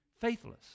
faithless